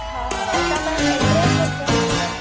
हा हा और तव्हां पंहिंजो एड्रेस और फ़ोन नंबर